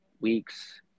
weeks